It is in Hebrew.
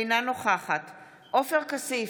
אינה נוכחת עופר כסיף,